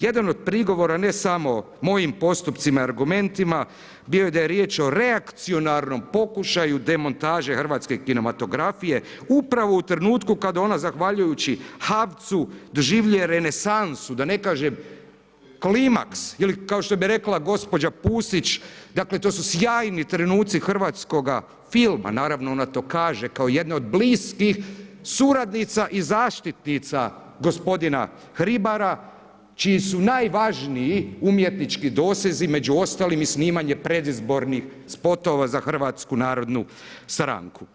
Jedan od prigovorima, ne samo, mojim postupcima i argumentima, bilo da je riječ o reacijarnom pokušaju demontaže hrvatske kinematografije, upravo u trenutku, kada ona zahvaljujuću HAVC-u doživljuje renesansu, da ne kažem klimaks, ili kao što bi rekla gospođa Pusić, dakle to su sjajni trenuci hrvatskoga filma, naravno ona to kaže jedna od bliskih suradnica i zaštitnica gospodina Hribara, čiji su najvažniji umjetnički dosezi među ostalim i snimanje predizbornih spotova za Hrvatsku narodnu stranku.